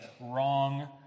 wrong